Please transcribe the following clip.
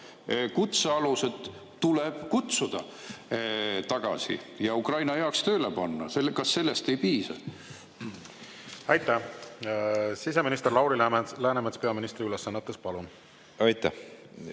kutsealused tuleb kutsuda tagasi ja Ukraina heaks tööle panna. Kas sellest ei piisa? Aitäh! Siseminister Lauri Läänemets peaministri ülesannetes, palun! Aitäh!